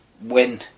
win